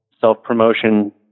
self-promotion